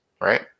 right